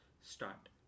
start